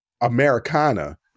Americana